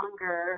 longer